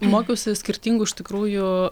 mokiausi skirtingų iš tikrųjų